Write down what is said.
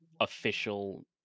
official